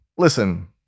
listen